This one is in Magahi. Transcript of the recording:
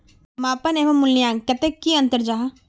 मापन एवं मूल्यांकन कतेक की अंतर जाहा?